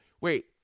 wait